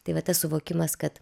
tai va tas suvokimas kad